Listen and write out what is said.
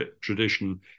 tradition